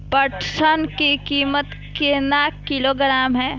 पटसन की कीमत केना किलोग्राम हय?